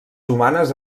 humanes